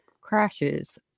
crashes